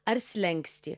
ar slenkstį